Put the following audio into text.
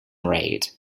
raid